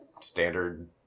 standard